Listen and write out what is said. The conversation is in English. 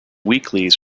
weeklies